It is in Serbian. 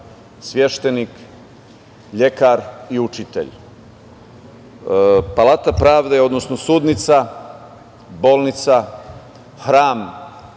sveštenik, lekar i učitelj, palata pravde, odnosno sudnica, bolnica, hram